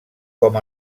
com